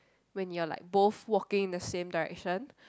when you're like both walking in the same direction